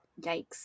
yikes